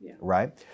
right